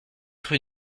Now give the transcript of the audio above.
rue